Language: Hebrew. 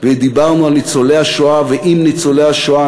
ודיברנו על ניצולי השואה ועם ניצולי השואה,